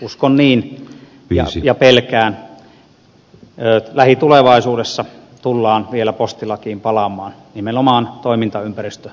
uskon niin ja pelkään että lähitulevaisuudessa tullaan vielä postilakiin palaamaan nimenomaan toimintaympäristömuutosten takia